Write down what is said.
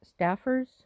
Staffers